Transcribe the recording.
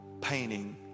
painting